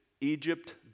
Egypt